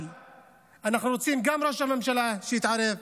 אבל אנחנו רוצים שגם ראש הממשלה יתערב,